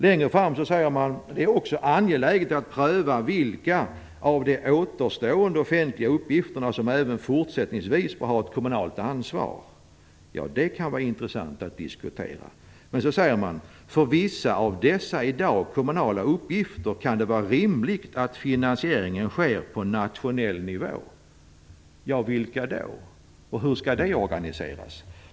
Längre fram säger man: "Men det är också angeläget att pröva vilka av de återstående offentliga utgifterna som även fortsättningsvis bör ha ett kommunalt ansvar." Det kan vara intressant att diskutera. Sedan säger man: "För vissa av dessa i dag kommunala uppgifter kan det vara rimligt att finansieringen sker på nationell nivå." Vilka uppgifter är det fråga om, och hur skall det organiseras?